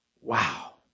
Wow